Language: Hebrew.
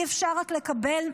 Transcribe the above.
אי-אפשר רק לקבל.